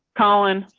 colin.